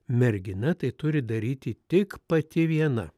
mergina tai turi daryti tik pati viena